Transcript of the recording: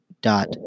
dot